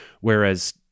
whereas